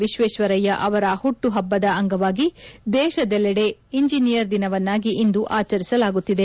ವಿಶ್ವೇಶ್ವರಯ್ಯ ಅವರ ಹುಟ್ಟು ಹಬ್ಬದ ಅಂಗವಾಗಿ ದೇಶದೆಲ್ಲೆಡೆ ಇಂಜಿನಿಯರ್ ದಿನವನ್ನಾಗಿ ಆಚರಿಸಲಾಗುತ್ತಿದೆ